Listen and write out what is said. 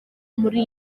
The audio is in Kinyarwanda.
muri